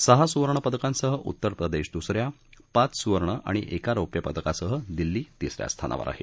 सहा सुवर्ण पदकांसह उत्तर प्रदेश दुसऱ्या पाच सुवर्ण आणि एका रौप्य पदकांसह दिल्ली तिसऱ्या स्थानावर आहे